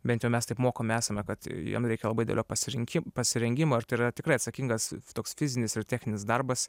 bent jau mes taip mokomi esame kad jiem reikia labai didelio pasirinki pasirengimo ir tai yra tikrai atsakingas toks fizinis ir techninis darbas